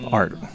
art